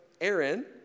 Aaron